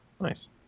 Nice